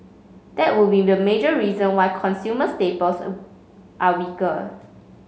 that would be the major reason why consumer staples are weaker